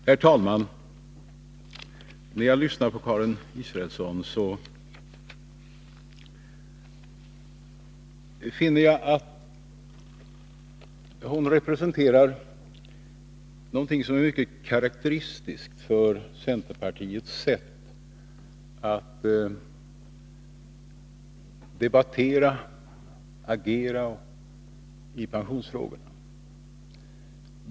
Herr talman! När jag lyssnar på Karin Israelsson finner jag att hon representerar någonting som är mycket karakteristiskt för centerpartiets sätt att debattera och agera i pensionsfrågorna.